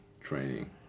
training